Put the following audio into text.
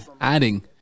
adding